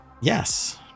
Yes